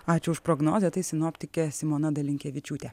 ačiū už prognozę tai sinoptikė simona dalinkevičiūtė